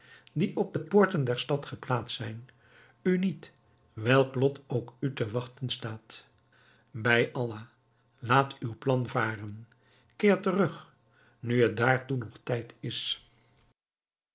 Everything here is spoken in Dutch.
die op de poorten der stad geplaatst zijn u niet welk lot ook u te wachten staat bij allah laat uw plan varen keer terug nu het daartoe nog tijd is